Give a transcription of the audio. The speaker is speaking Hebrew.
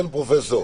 בבקשה.